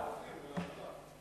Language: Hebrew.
ההנהלה,